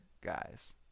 guys